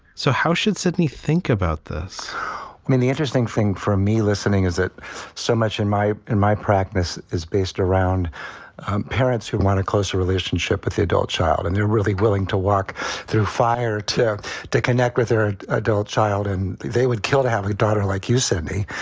so how should sydney think about this? i mean, the interesting thing for me listening is that so much in my in my practice is based around parents who want a closer relationship with the adult child. and they're really willing to walk through fire to to connect with their adult child. and they would kill to have a daughter, like you said me.